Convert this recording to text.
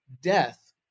death